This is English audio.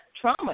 trauma